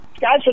guys